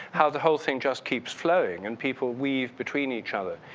how the whole thing just keeps flowing and people weave between each other.